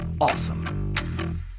awesome